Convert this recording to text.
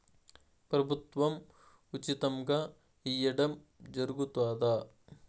ప్రభుత్వం ఉచితంగా ఇయ్యడం జరుగుతాదా?